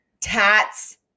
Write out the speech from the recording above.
Tats